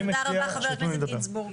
תודה רבה חבר הכנסת גינזבורג.